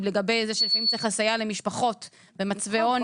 לגבי זה שלפעמים צריך לסייע למשפחות במצבי עוני,